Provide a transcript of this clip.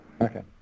Okay